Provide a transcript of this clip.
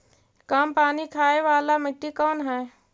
कम पानी खाय वाला मिट्टी कौन हइ?